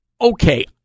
Okay